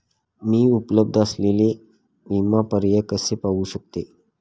मी उपलब्ध असलेले विमा पर्याय कसे पाहू शकते?